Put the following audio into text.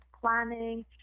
planning